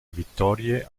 vittorie